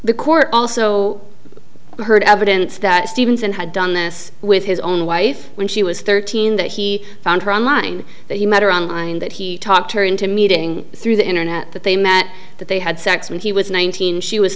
the court also heard evidence that stevenson had done this with his own wife when she was thirteen that he found her online that he met her on line that he talked her into meeting through the internet that they met that they had sex when he was nineteen she was